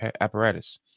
apparatus